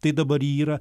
tai dabar ji yra